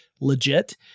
legit